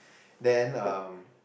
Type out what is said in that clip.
then um